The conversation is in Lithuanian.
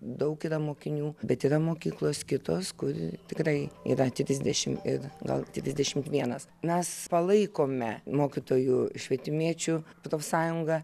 daug mokinių bet yra mokyklos kitos kur tikrai yra trisdešimt ir gal trisdešimt vienas mes palaikome mokytojų švietimiečių profsąjungą